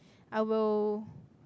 I will